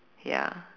ya